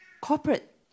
Corporate